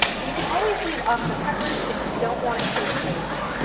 but you can always leave off the peppers if you don't want it too spicy.